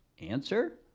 answer?